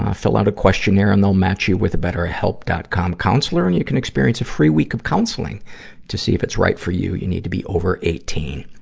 fill out a questionnaire and they'll match you with a betterhelp. com counselor and you can experience a free week of counseling to see if it's right for you. you need to be over eighteen.